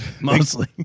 mostly